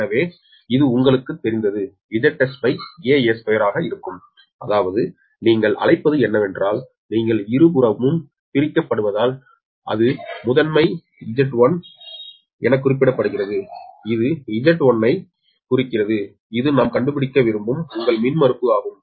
எனவே இது உங்களுக்குத் தெரிந்த Zs𝑎𝑎2 ஆக இருக்கும் அதாவது நீங்கள் அழைப்பது என்னவென்றால் நீங்கள் இருபுறமும் பிரிக்கப்படுவதால் பிரிக்கப்படுவதால் அது முதன்மை Z1 எனக் குறிப்பிடப்படுகிறது இது Z1 ஐக் குறிக்கிறது இது நாம் கண்டுபிடிக்க விரும்பும் உங்கள் மின்மறுப்பு ஆகும்